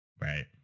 Right